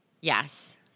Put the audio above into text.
Yes